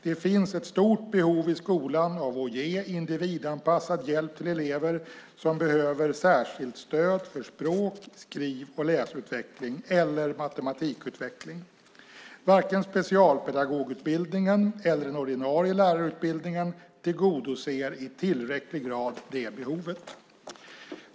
Det finns ett stort behov i skolan av att ge individanpassad hjälp till elever som behöver särskilt stöd för språk-, skriv och läsutveckling eller matematikutveckling. Varken specialpedagogutbildningen eller den ordinarie lärarutbildningen tillgodoser i tillräcklig grad det behovet.